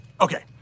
Okay